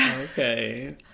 okay